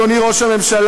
אדוני ראש הממשלה,